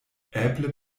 eble